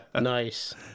Nice